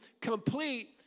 complete